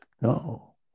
No